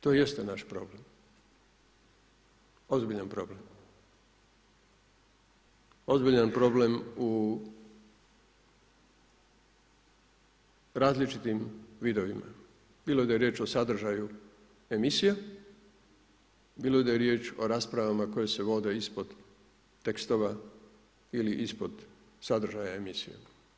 To jeste naš problem, ozbiljan problem, ozbiljan problem u različitim vidovima, bilo da je riječ o sadržaju emisija, bilo da je riječ o raspravama koji se vode ispod tekstova ili ispod sadržaja emisije.